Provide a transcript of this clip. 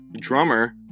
drummer